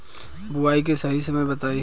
बुआई के सही समय बताई?